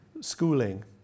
schooling